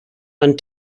and